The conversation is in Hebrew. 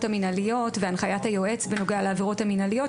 המינהליות והנחיית היועץ בנוגע לעבירות המינהליות,